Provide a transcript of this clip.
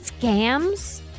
Scams